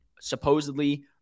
supposedly